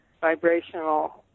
vibrational